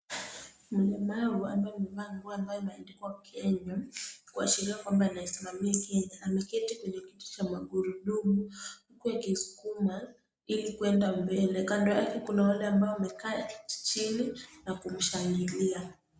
Mlemawa ambaye amevaa nguo imeandikwa Kenya, kuashiria kwamba anasimamia Kenya. Ameketi katika kitu cha magurudumu huku akisukuma ili kuenda mbele. Kando yake kuna wale ambao wamekaa chini na kumshangilia.